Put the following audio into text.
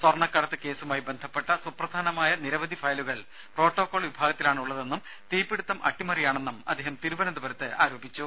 സ്വർണ്ണക്കടത്തു കേസുമായി ബന്ധപ്പെട്ട സുപ്രധാനമായ നിരവധി ഫയലുകൾ പ്രോട്ടോകോൾ വിഭാഗത്തിലാണുള്ളതെന്നും തീപിടിത്തം അട്ടിമറിയാണെന്നും അദ്ദേഹം തിരുവനന്തപുരത്ത് ആരോപിച്ചു